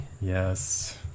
Yes